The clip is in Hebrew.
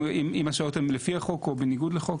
אם השעות הן לפי החוק או בניגוד לחוק,